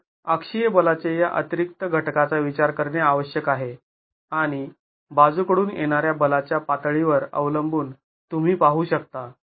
तर अक्षीय बलाच्या या अतिरिक्त घटकाचा विचार करणे आवश्यक आहे आणि बाजू कडून येणाऱ्या बलाच्या पातळीवर अवलंबून तुम्ही पाहू शकता